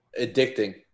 Addicting